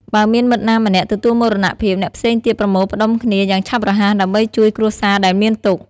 បើមានមិត្តណាម្នាក់ទទួលមរណភាព អ្នកផ្សេងទៀតប្រមូលផ្តុំគ្នាយ៉ាងឆាប់រហ័ស ដើម្បីជួយគ្រួសារដែលមានទុក្ខ។